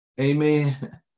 Amen